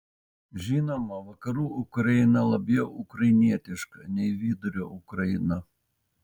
žinoma vakarų ukraina labiau ukrainietiška nei vidurio ukraina